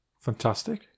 Fantastic